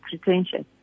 pretentious